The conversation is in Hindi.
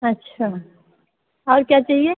अच्छा और क्या चाहिए